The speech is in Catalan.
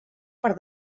per